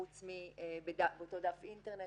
חוץ מאותו דף אינטרנט.